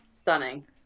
stunning